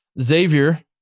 Xavier